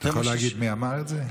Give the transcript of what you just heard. אתה יכול להגיד מי אמר את זה?